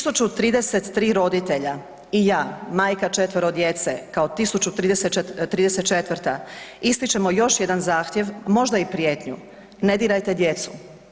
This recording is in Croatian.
1.033 roditelja i ja majka 4-vero djece kao 1.034 Ističemo još jedan zahtjev, možda i prijetnju, ne dirajte djecu.